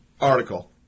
article